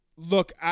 Look